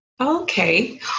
Okay